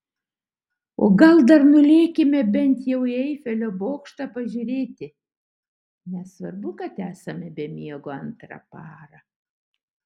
o gal dar nulėkime bent jau į eifelio bokštą pažiūrėti nesvarbu kad esame be miego antrą parą